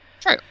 True